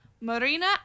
Marina